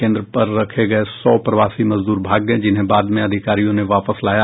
केन्द्र पर रखे गये सौ प्रवासी मजदूर भाग गये जिन्हें बाद में अधिकारियों ने वापस लाया